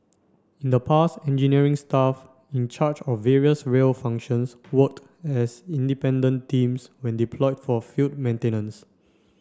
in the past engineering staff in charge of various rail functions worked as independent teams when deployed for field maintenance